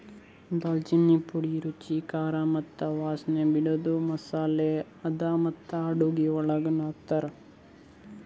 ದಾಲ್ಚಿನ್ನಿ ಪುಡಿ ರುಚಿ, ಖಾರ ಮತ್ತ ವಾಸನೆ ಬಿಡದು ಮಸಾಲೆ ಅದಾ ಮತ್ತ ಅಡುಗಿ ಒಳಗನು ಹಾಕ್ತಾರ್